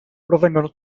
provengono